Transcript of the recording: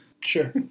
Sure